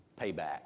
Payback